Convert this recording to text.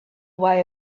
why